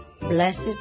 blessed